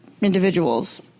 individuals